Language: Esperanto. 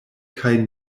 kaj